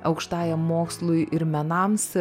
aukštajam mokslui ir menams